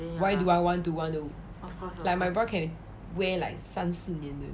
why do I want to want to like my bra can wear like 三四年的